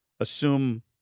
Assume